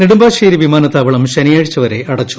നെടുമ്പാശ്ശേരി വിമാനത്താവളം ശനിയാഴ്ചവരെ അടച്ചു